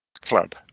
club